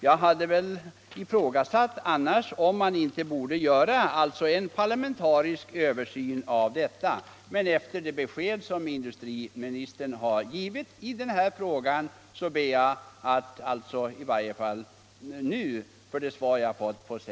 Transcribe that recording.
Jag hade annars velat ifrågasätta om man inte borde göra en parlamentarisk översyn av dessa taxor, men efter det besked industriministern har gett i den här frågan ber jag att få tacka för det svar jag nu har fått.